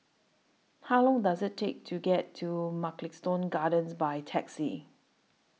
How Long Does IT Take to get to Mugliston Gardens By Taxi